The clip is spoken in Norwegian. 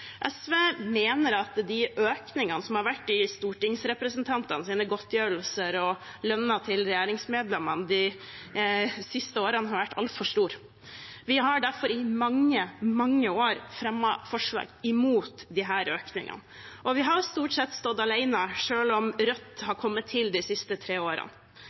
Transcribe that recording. SV mener at de økningene som har vært i stortingsrepresentantenes godtgjørelser og lønna til regjeringsmedlemmene de siste årene, har vært altfor store. Vi har derfor i mange, mange år fremmet forslag imot disse økningene, og vi har stort sett stått alene, selv om Rødt har kommet til de siste tre årene.